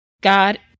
God